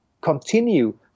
Continue